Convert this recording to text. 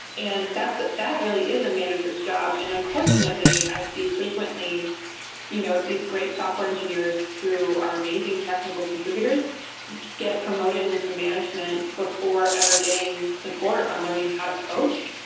and ah that really is a manager's job. and unfortunately, i see frequently you know these great software engineers who are amazing technical contributors get promoted into management before ever getting support on learning how to coach.